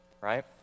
right